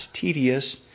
tedious